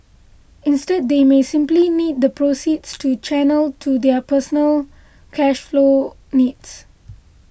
instead they may simply need the proceeds to channel into their personal cash flow needs